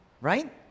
right